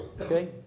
okay